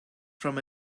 from